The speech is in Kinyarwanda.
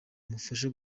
kumufasha